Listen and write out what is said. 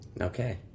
okay